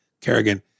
Kerrigan